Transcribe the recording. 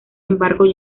embargo